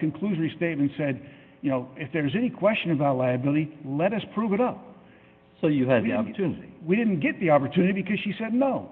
conclusion statement said you know if there's any question about liability let us prove it up so you had the opportunity we didn't get the opportunity because she said no